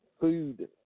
food